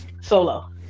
solo